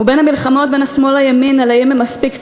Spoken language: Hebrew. ובין המלחמות בין השמאל לימין אם הם מספיק ציוניים,